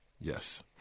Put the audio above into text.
Yes